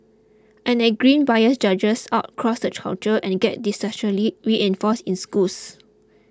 and that grim bias judges out cross the culture and gets disastrously reinforced in schools